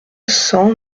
cent